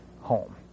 home